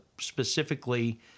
specifically